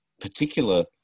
particular